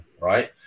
right